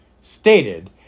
stated